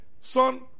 son